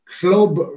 club